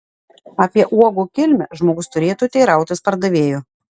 apie uogų kilmę žmogus turėtų teirautis pardavėjo